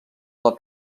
del